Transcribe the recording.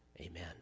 amen